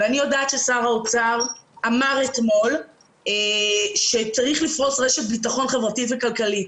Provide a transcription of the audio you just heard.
אני יודעת ששר האוצר אמר אתמול שצריך לפרוס רשת ביטחון חברתית וכלכלית.